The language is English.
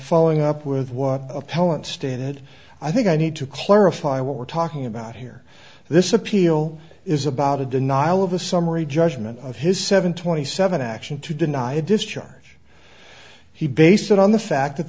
following up with what appellant stated i think i need to clarify what we're talking about here this appeal is about a denial of a summary judgment of his seven twenty seven action to deny a discharge he based it on the fact that